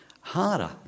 harder